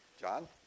John